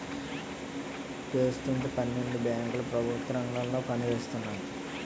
పెస్తుతం పన్నెండు బేంకులు ప్రెభుత్వ రంగంలో పనిజేత్తన్నాయి